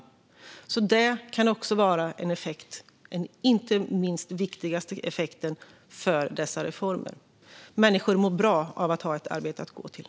Inte minst detta kan vara en effekt, och kanske den viktigaste effekten av dessa reformer. Människor mår bra av att ha ett arbete att gå till.